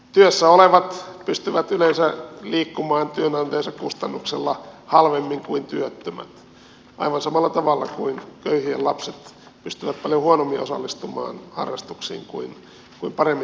työssä olevat pystyvät yleensä liikkumaan työnantajansa kustannuksella halvemmin kuin työttömät aivan samalla tavalla kuin köyhien lapset pystyvät paljon huonommin osallistumaan harrastuksiin kuin paremmin toimeentulevien